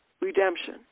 redemption